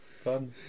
fun